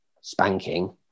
spanking